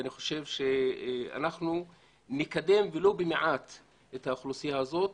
אני חושב שנקדם ולא במעט את האוכלוסייה הזו,